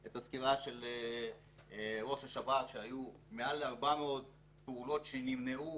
את הסקירה של ראש השב"כ שהיו מעל ל-400 פעולות טרור שנמנעו